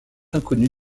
inconnus